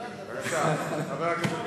ראית איזו ממשלה